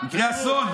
יקרה אסון,